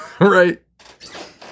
right